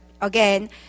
again